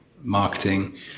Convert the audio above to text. marketing